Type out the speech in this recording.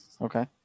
Okay